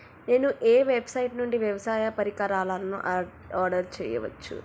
నేను ఏ వెబ్సైట్ నుండి వ్యవసాయ పరికరాలను ఆర్డర్ చేయవచ్చు?